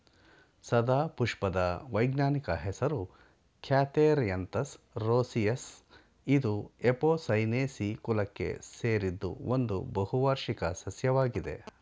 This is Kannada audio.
ಸದಾಪುಷ್ಪದ ವೈಜ್ಞಾನಿಕ ಹೆಸರು ಕ್ಯಾಥೆರ್ಯಂತಸ್ ರೋಸಿಯಸ್ ಇದು ಎಪೋಸೈನೇಸಿ ಕುಲಕ್ಕೆ ಸೇರಿದ್ದು ಒಂದು ಬಹುವಾರ್ಷಿಕ ಸಸ್ಯವಾಗಿದೆ